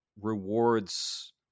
rewards